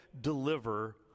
deliver